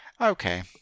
okay